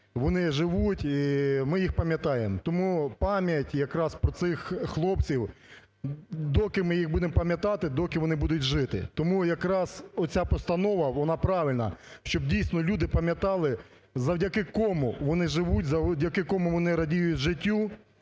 вони живуть і ми їх пам'ятаємо. Тому пам'ять якраз про цих хлопців, доки ми їх будемо пам'ятати, доки вони будуть жити. Тому якраз ця постанова, вона правильна, щоб дійсно люди пам'ятали завдяки кому вони живуть, завдяки кому вони радіють життю.